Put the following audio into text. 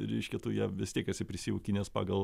reiškia tu ją vis tiek esi prisijaukinęs pagal